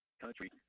country